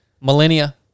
millennia